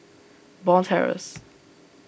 Bond Terrace